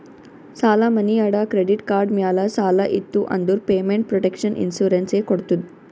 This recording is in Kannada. ಸಾಲಾ, ಮನಿ ಅಡಾ, ಕ್ರೆಡಿಟ್ ಕಾರ್ಡ್ ಮ್ಯಾಲ ಸಾಲ ಇತ್ತು ಅಂದುರ್ ಪೇಮೆಂಟ್ ಪ್ರೊಟೆಕ್ಷನ್ ಇನ್ಸೂರೆನ್ಸ್ ಎ ಕೊಡ್ತುದ್